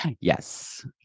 Yes